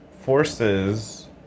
forces